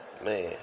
Man